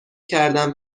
کردم